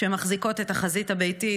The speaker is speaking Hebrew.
שמחזיקות את החזית הביתית,